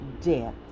death